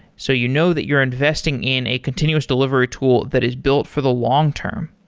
so you know that you're investing in a continuous delivery tool that is built for the long-term.